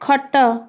ଖଟ